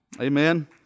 Amen